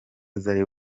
zari